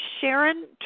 Sharon